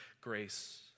grace